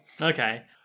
Okay